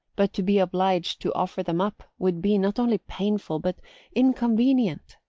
but to be obliged to offer them up would be not only painful but inconvenient.